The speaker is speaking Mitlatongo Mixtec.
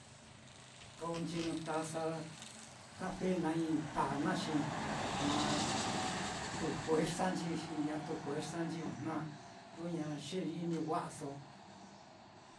Ko'onchi ɨ́ɨ́n taza cafe naá i'i paan naá xi na kuu fuerza nchi, xi ñatu fuerza nchi ojna lo ña yeli-ini wa'aso.